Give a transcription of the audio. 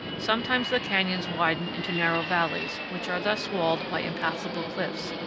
sometimes the canyons widen into narrow valleys, which are thus walled by impassable cliffs,